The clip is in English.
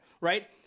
Right